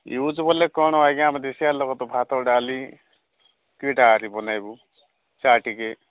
use ବୋଲେ କ'ଣ ଆଜ୍ଞା ଆମର ଦେଶିଆ ଲୋକ ତ ଭାତ ଡାଲି କିଟା ଆଲି ବନେଇବୁ ଚା ଟିକେ